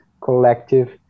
collective